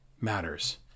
matters